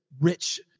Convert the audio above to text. rich